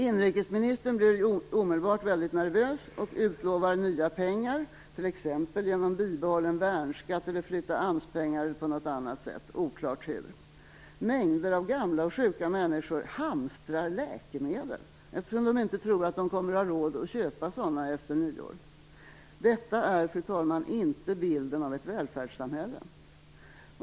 Inrikesministern blir omedelbart väldigt nervös och utlovar nya pengar, t.ex. genom bibehållen värnskatt, flytt av AMS-pengar eller på något annat sätt - det är oklart hur. Mängder av gamla och sjuka människor hamstrar läkemedel eftersom de inte tror att de kommer att ha råd att köpa sådana efter nyår. Detta är, fru talman, inte bilden av ett välfärdssamhälle.